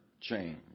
change